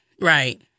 right